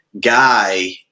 guy